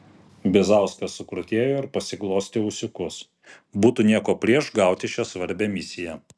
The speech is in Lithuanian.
bizauskas sukrutėjo ir pasiglostė ūsiukus būtų nieko prieš gauti šią svarbią misiją